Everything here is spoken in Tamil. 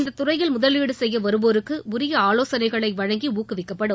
இந்த துறையில் முதலீடு செய்ய வருவோருக்கு உரிய ஆவோசனைகளை வழங்கி ஊக்குவிக்கப்படும்